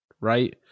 right